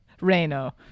Reino